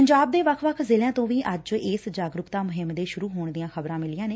ਪੰਜਾਬ ਦੇ ਵੱਖ ਵੱਖ ਜ਼ਿਲ਼ਿਆਂ ਤੋਂ ਵੀ ਅੱਜ ਇਸ ਜਾਗਰੁਕਤਾ ਮੁਹਿੰਮ ਦੇ ਸ਼ੁਰੁ ਹੋਣ ਦੀਆਂ ਖ਼ਬਰਾਂ ਮਿਲੀਆਂ ਨੇ